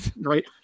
right